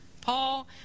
Paul